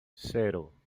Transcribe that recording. cero